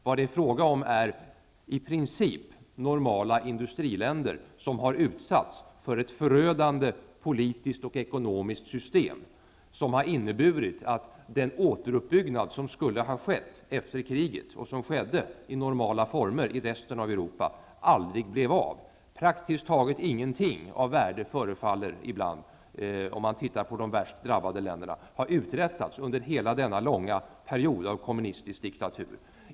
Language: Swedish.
Vad det är fråga om är i princip normala industriländer som har utsatts för ett förödande politiskt och ekonomiskt system, vilket har inneburit att den återuppbyggnad som skulle ha skett efter kriget -- och som skedde i normala former i resten av Europa -- aldrig blev av. Praktiskt taget ingenting av värde förefaller ibland, om man tittar på de värst drabbade länderna, ha uträttats under hela denna långa period av kommunistisk diktatur.